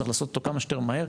צריך לעשות אותו כמה שיותר מהר,